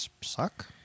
Suck